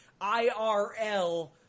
IRL